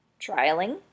trialing